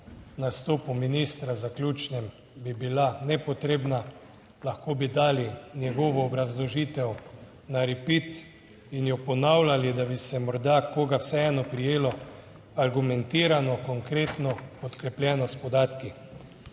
nastopu ministra zaključnem bi bila nepotrebna, lahko bi dali njegovo obrazložitev na »repeat« in jo ponavljali da bi se morda koga vseeno prijelo argumentirano, konkretno podkrepljeno s podatki.